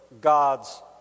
God's